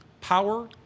Power